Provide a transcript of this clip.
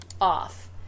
off